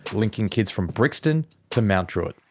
linking kids from brixton to mount druitt.